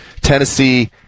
Tennessee